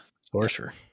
Sorcerer